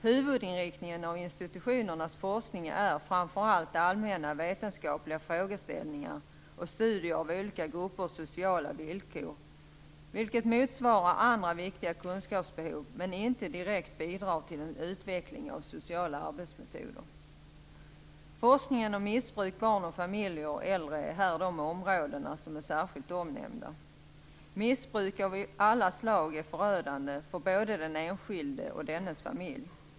Huvudinriktningen av institutionernas forskning är framför allt allmänna vetenskapliga frågeställningar och studier av olika gruppers sociala villkor, vilket motsvarar andra viktiga kunskapsbehov men inte direkt bidrar till en utveckling av sociala arbetsmetoder. Forskningen om missbruk, barn och familjer och äldre är här områden som är särskilt omnämnda. Missbruk av alla slag är förödande för både den enskilde och dennes familj.